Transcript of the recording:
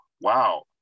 wow